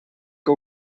que